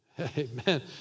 Amen